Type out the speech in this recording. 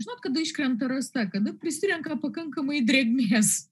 žinot kada iškrenta rasa kada prisirenka pakankamai drėgmės